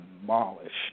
demolished